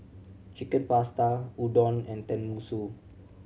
Chicken Pasta Udon and Tenmusu